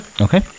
Okay